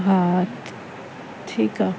हा ठीकु आहे